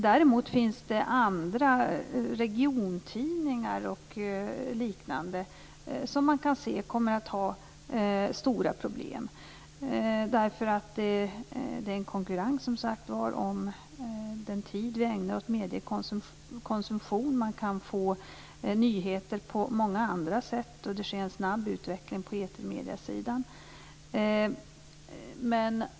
Däremot finns det andra tidningar, regiontidningar och liknande, som man kan se kommer att ha stora problem därför att det råder konkurrens om den tid som vi ägnar åt mediekonsumtion. Man kan ju få nyheter på många andra sätt. Utvecklingen är dessutom snabb på etermediesidan.